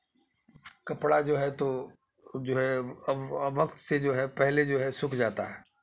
کپڑا جو ہے تو جو ہے وقت سے جو ہے پہلے جو ہے سوکھ جاتا ہے